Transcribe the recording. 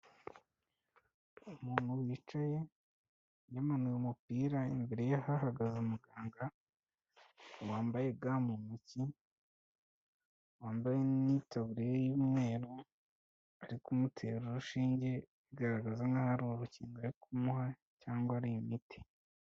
Umuntu wicaye, yamanuye umupira, imbere ye hahagaze muganga, wambaye ga mu ntoki, wambaye n'itaburiya y'umweru, ari kumutera urushinge, bigaragaza nkaho ari urukingo ari kumuha, cyangwa ari imiti.